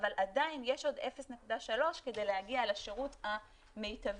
אבל עדיין יש עוד 0.3 כדי להגיע לשירות המיטבי,